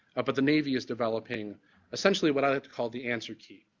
ah but the navy is developing essentially what i had to call the answer key.